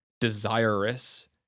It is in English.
desirous